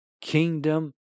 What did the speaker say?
kingdom